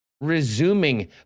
resuming